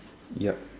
yep